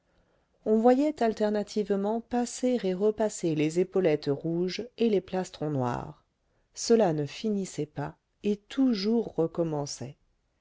on voyait alternativement passer et repasser les épaulettes rouges et les plastrons noirs cela ne finissait pas et toujours